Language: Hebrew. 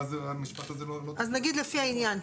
ואז המשפט הזה לא --- אז נגיד לפי העניין,